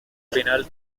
final